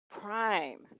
prime